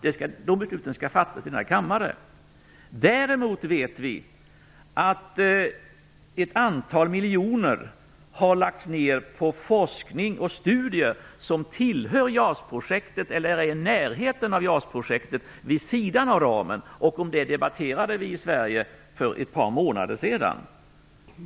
De besluten skall fattas i denna kammare. Däremot vet vi att ett antal miljoner har lagts ned på forskning och studier som tillhör eller är i närheten av JAS-projektet, vid sidan av ramen, och om det debatterade vi i Sverige för ett par månader sedan.